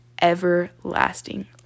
everlasting